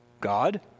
God